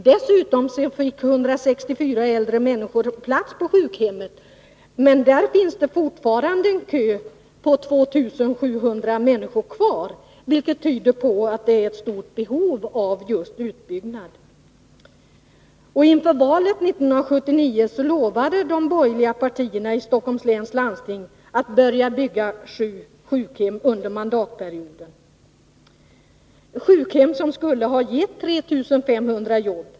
Dessutom fick 164 äldre människor plats på sjukhemmet, men det finns fortfarande en kö på 2 700 människor kvar, vilket tyder på att det är ett stort behov av utbyggnad. Inför valet 1979 lovade de borgerliga partierna i Stockholms läns landsting att börja bygga sju sjukhem under mandatperioden — sjukhem som skulle ha gett 3 500 jobb.